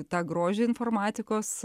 tą grožį informatikos